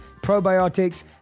probiotics